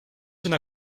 una